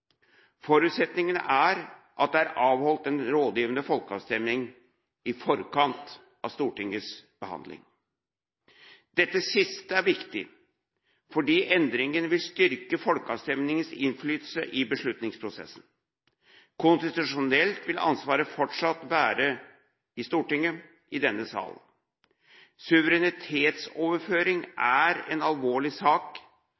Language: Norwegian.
Forutsetningen er at det er avholdt en rådgivende folkeavstemning i forkant av Stortingets behandling. Dette siste er viktig fordi endringen vil styrke folkeavstemningens innflytelse i beslutningsprosessen. Konstitusjonelt vil ansvaret fortsatt være i Stortinget, i denne sal. Suverenitetsoverføring